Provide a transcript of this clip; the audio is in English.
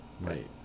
right